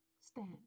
stand